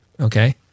okay